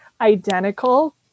identical